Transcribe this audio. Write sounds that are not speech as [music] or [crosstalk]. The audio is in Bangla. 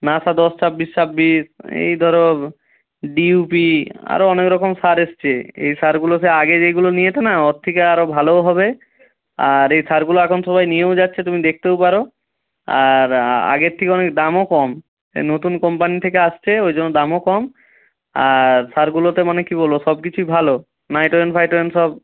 নাসা দশ ছাব্বিশ ছাব্বিশ এই ধরো ডি ইউ পি আরও অনেক রকম সার এসছে এই সারগুলোতে আগে যেগুলো নিয়েছো না ওর থেকে আরও ভালোও হবে আর এই সারগুলো এখন সবাই নিয়েও যাচ্ছে তুমি দেখতেও পারো আর আগের থেকে অনেক দামও কম [unintelligible] নতুন কম্পানি থেকে আসছে ওই জন্য দামও কম আর সারগুলোতে মানে কি বলবো সব কিছুই ভালো নাইট্রোজেন ফাইট্রোজেন সব